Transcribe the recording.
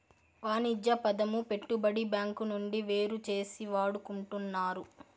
వాణిజ్య పదము పెట్టుబడి బ్యాంకు నుండి వేరుచేసి వాడుకుంటున్నారు